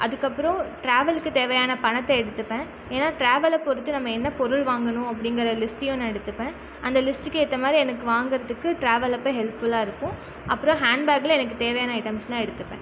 அதுக்கப்பறம் டிராவலுக்கு தேவையான பணத்தை எடுத்துப்பேன் ஏன்னா ட்ராவலை பொருத்து நம்ம என்ன பொருள் வாங்கணும் அப்படிங்கிற லிஸ்ட்டையும் நான் எடுத்துப்பேன் அந்த லிஸ்ட்டுக்கு ஏற்ற மாதிரி எனக்கும் வாங்குறத்துக்கு ட்ராவல் அப்போ ஹெல்ப்ஃபுல்லாக இருக்கும் அப்றம் ஹேண்ட் பேக்கில் எனக்கு தேவையான ஐட்டம்ஸ்லாம் எடுத்துப்பேன்